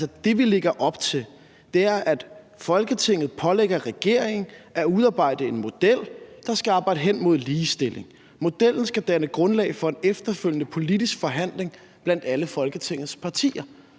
Det, vi lægger op til, er, at Folketinget pålægger regeringen at udarbejde en model, der skal arbejde hen mod ligestilling. Modellen skal danne grundlag for en efterfølgende politisk forhandling blandt alle Folketingets partier.